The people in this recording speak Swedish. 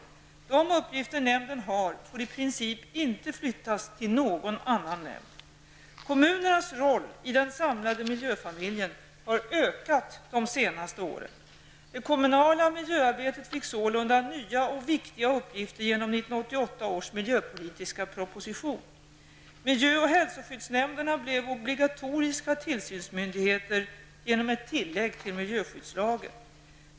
De uppgifter nämnden har får i princip inte flyttas till någon annan nämnd. Kommunernas roll i den samlade miljöjfamiljen har ökat de senaste åren. Det kommunala miljöarbetet fick sålunda nya och viktiga uppgifter genom 1988 års miljöpolitiska proposition. Miljöoch hälsoskyddsnämnderna blev obligatoriska tillsynsmyndigheter genom ett tillägg till miljöskyddslagen.